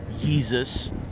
jesus